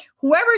Whoever